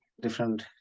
different